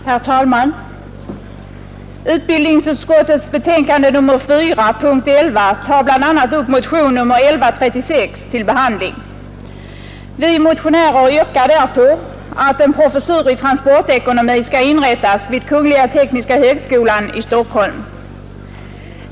Herr talman! Utbildningsutskottets betänkande nr 4, punkt 11, tar bl.a. upp motionen 1136 till behandling. Vi motionärer yrkar där på att högskolan i Stockholm.